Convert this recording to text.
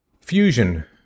Fusion